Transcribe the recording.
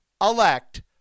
elect